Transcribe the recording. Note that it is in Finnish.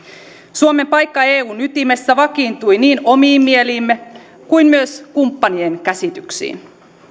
suomen paikka eun ytimessä vakiintui niin omiin mieliimme kuin myös kumppanien käsityksiin